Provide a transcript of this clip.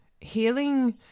Healing